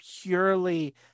purely